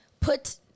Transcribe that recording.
put